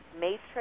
matrix